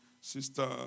Sister